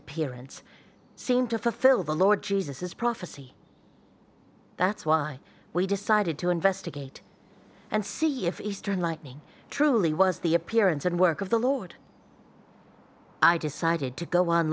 periods seemed to fulfill the lord jesus is prophecy that's why we decided to investigate and see if eastern lightning truly was the appearance and work of the lord i decided to go on